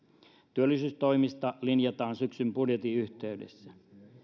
työllisyystoimista linjataan syksyn budjetin yhteydessä